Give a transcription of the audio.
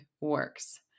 works